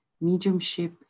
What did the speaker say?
mediumship